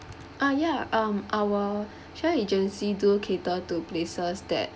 ah ya um our travel agency do cater to places that